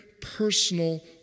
personal